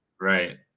right